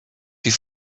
die